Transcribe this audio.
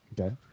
Okay